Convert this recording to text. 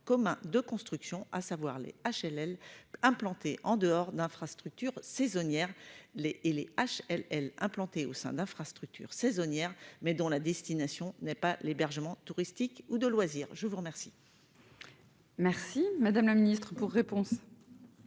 commun des constructions, à savoir les HLL implantées en dehors d'infrastructures saisonnières et les HLL implantées au sein d'infrastructures saisonnières dont la destination n'est pas l'hébergement touristique ou de loisirs. La parole est à Mme la secrétaire